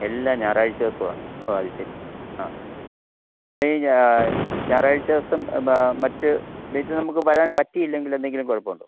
എല്ലാ ഞായറാഴ്ച്ച ദിവസവാ ഓ അതുശരി ആ അപ്പോൾ ഈ ഞായറാഴ്ച്ച ദിവസം മറ്റ് ലേറ്റ് നമുക്ക് വരാൻ പറ്റിയില്ലെങ്കിൽ എന്തെങ്കിലും കുഴപ്പം ഉണ്ടോ